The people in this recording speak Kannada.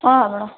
ಹಾಂ ಮೇಡಮ್